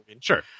sure